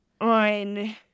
on